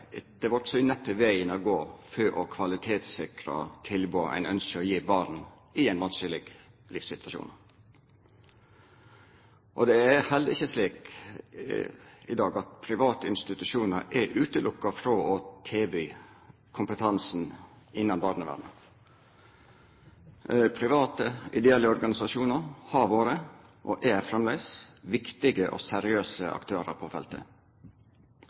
vegen å gå for å kvalitetssikra tilboda ein ønskjer å gi barn i ein vanskeleg livssituasjon. Det er heller ikkje slik i dag at private institusjonar er utelukka frå å tilby kompetansen sin innan barnevernet. Private ideelle organisasjonar har vore og er framleis viktige og seriøse aktørar på feltet.